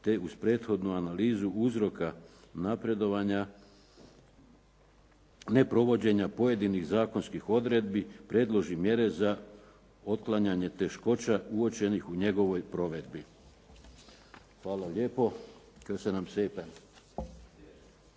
te uz prethodnu analizu uzroka ne provođenja pojedinih zakonskih odredbi predloži mjere za otklanjanje teškoća uočenih u njegovoj provedbi. Hvala lijepo. … /Govornik se ne